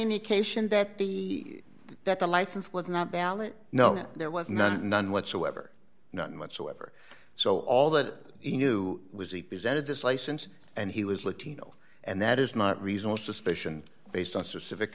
indication that the that the license was not valid no there was none none whatsoever none whatsoever so all that he knew was he presented his license and he was latino and that is not reasonable suspicion based on specific